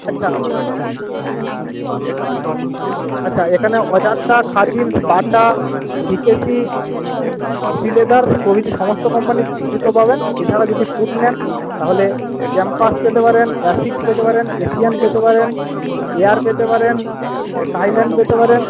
আচ্ছা আচ্ছা এখানে অজান্তা খাদিমস বাটা জিকেসি শ্রীলেদার্স প্রভৃতি সমস্ত কোম্পানির জুতো পাবেন এছাড়া যদি বুট নেন তাহলে ক্যাম্পাস পেতে পারেন এথিক্স পেতে পারেন এশিয়ান পেতে পারেন এয়ার পেতে পারেন স্কাইল্যান্ড পেতে পারেন